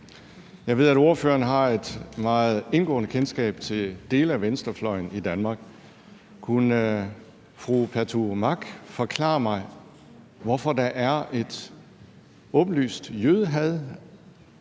Jeg ved, at ordføreren har et meget indgående kendskab til dele af venstrefløjen i Danmark. Kunne fru Trine Pertou Mach forklare mig, hvorfor der er et åbenlyst jødehad